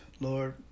Lord